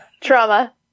Trauma